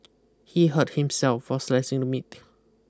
he hurt himself while slicing the meat